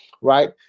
right